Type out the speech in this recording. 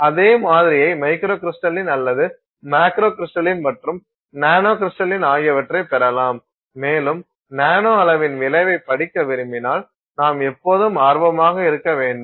அதே மாதிரியை மைக்ரோகிரிஸ்டலின் அல்லது மேக்ரோகிரிஸ்டலின் மற்றும் நானோகிரிஸ்டலின் ஆகியவற்றைப் பெறலாம் மேலும் நானோ அளவின் விளைவைப் படிக்க விரும்பினால் நாம் எப்போதும் ஆர்வமாக இருக்க வேண்டும்